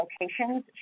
locations